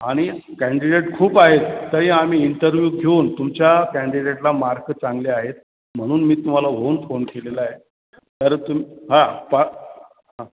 आणि कँडिडेट खूप आहेत तरी आम्ही इंटरव्ह्यू घेऊन तुमच्या कँडिडेटला मार्क चांगले आहेत म्हणून मी तुम्हाला होऊन फोन केलेला आहे तर तुम् हां प हां